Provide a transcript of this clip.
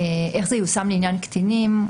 איך זה ייושם לעניין קטינים.